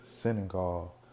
Senegal